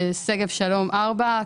שגב שלום כביש 4,